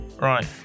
Right